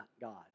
God